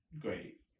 great